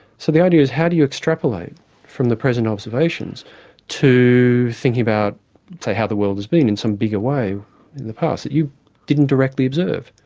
so the idea is, how do you extrapolate from the present observations to thinking about say, how the world has been in some bigger way in the past, that you didn't directly observe?